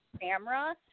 camera